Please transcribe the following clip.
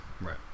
Right